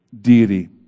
deity